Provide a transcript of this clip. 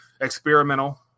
experimental